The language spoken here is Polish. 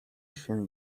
się